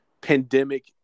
pandemic